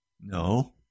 No